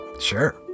Sure